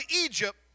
Egypt